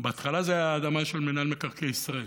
בהתחלה זו הייתה האדמה של מינהל מקרקעי ישראל.